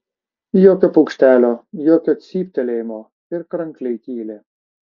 jokio paukštelio jokio cyptelėjimo ir krankliai tyli